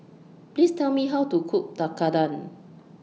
Please Tell Me How to Cook Tekkadon